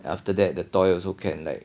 then after that the toy also can like